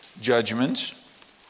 judgments